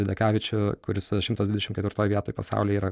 lekavičių kuris šimtas dvidešimt ketvirtoj vietoj pasauly yra